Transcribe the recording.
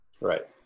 Right